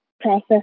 process